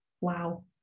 wow